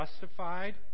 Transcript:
justified